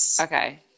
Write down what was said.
Okay